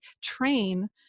train